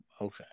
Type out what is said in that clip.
okay